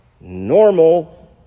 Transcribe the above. normal